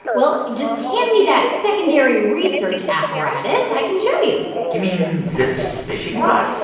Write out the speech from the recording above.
well, if you just hand me that secondary research apparatus, i can show you you mean this fishing rod?